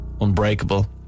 Unbreakable